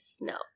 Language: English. No